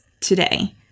today